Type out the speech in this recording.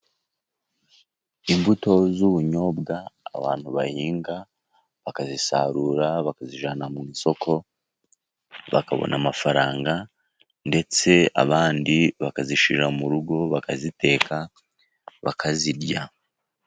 Imbuto z'ubunyobwa abantu bahinga, bakazisarura, bakazijyana mu isoko, bakabona amafaranga, ndetse abandi bakazishyira mu rugo, bakaziteka bakazirya.